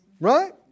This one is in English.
Right